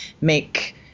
make-